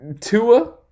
Tua